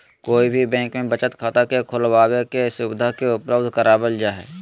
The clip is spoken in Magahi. कोई भी बैंक में बचत खाता के खुलबाबे के सुविधा के उपलब्ध करावल जा हई